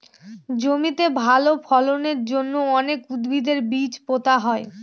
জমিতে ভালো ফলনের জন্য অনেক উদ্ভিদের বীজ পোতা হয়